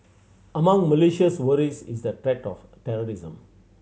among Malaysia's worries is the threat of terrorism